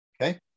okay